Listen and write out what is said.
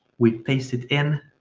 we paste it in